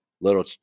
little